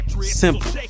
simple